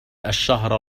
الشهر